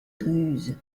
ruse